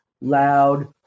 loud